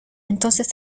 entonces